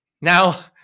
Now